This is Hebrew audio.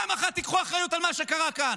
פעם אחת קחו אחריות על מה שקרה כאן,